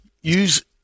Use